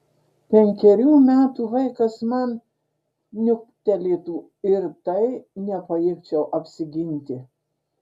penkerių metų vaikas man niuktelėtų ir tai nepajėgčiau apsiginti